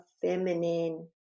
feminine